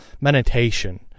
Meditation